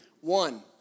One